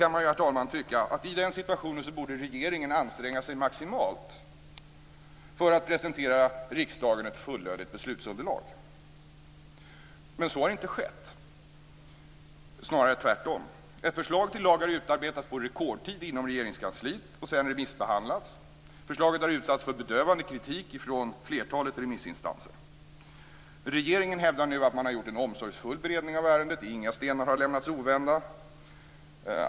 Man kan, herr talman, tycka att regeringen i den situationen borde anstränga sig maximalt för att presentera riksdagen ett fullödigt beslutsunderlag. Så har inte skett - snarare tvärtom. Ett förslag till lag har utarbetats på rekordtid inom Regeringskansliet och sedan remissbehandlats. Förslaget har utsatts för bedövande kritik från flertalet remissinstanser. Regeringen hävdar nu att man har gjort en omsorgsfull beredning av ärendet. Inga stenar har lämnats ovända.